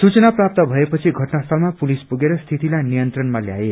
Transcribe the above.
सूचना प्राप्त भएपछि घटनास्थमा पुलिस पुगेर स्थितलाई नियंत्रणमा ल्याए